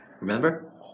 Remember